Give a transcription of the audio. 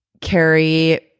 Carrie